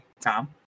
Tom